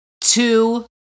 two